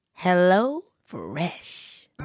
HelloFresh